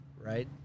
right